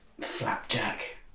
Flapjack